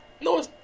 No